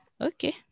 Okay